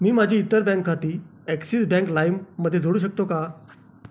मी माझी इतर बँक खाती ॲक्सिस बँक लाईममध्ये जोडू शकतो का